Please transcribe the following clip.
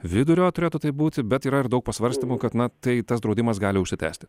vidurio turėtų taip būti bet yra ir daug pasvarstymų kad na tai tas draudimas gali užsitęsti